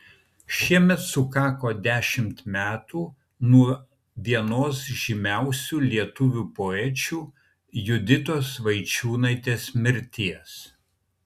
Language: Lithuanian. šiemet sukako dešimt metų nuo vienos žymiausių lietuvių poečių juditos vaičiūnaitės mirties